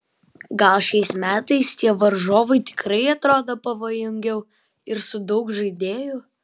gal šiais metais tie varžovai tikrai atrodo pavojingiau ir su daug žaidėjų